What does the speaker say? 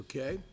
Okay